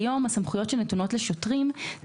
הסמכויות שנתונות לשוטרים כיום,